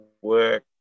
work